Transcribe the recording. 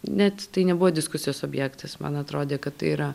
net tai nebuvo diskusijos objektas man atrodė kad tai yra